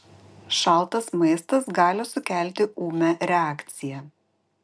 šaltas maistas gali sukelti ūmią reakciją